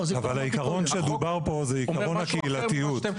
אבל העיקרון שדובר פה זה עיקרון הקהילתיות.